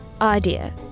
idea